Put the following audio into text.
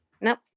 nope